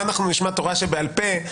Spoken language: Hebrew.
אולי נשמע תורה שבעל פה.